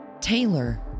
Taylor